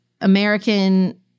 American